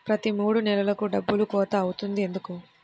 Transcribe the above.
ప్రతి మూడు నెలలకు డబ్బులు కోత అవుతుంది ఎందుకు?